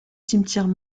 cimetières